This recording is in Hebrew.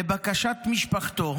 לבקשת משפחתו,